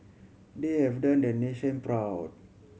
they have done the nation proud